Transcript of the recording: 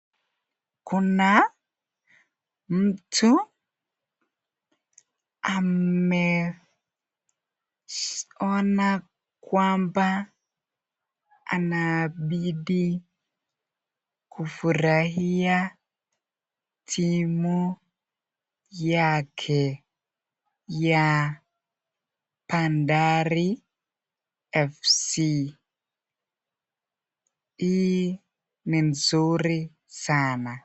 Kuna mtu ameona kwamba anabidi kufurahia timu yake ya bandari fc. Hii ni mzuri sana.